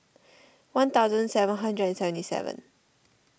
one thousand seven hundred and seventy seven